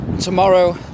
tomorrow